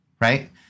right